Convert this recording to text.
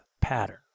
pattern